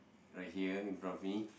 right here in front of me